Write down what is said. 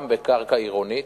גם בקרקע עירונית,